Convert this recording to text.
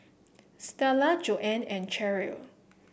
Starla Joanne and Cherrelle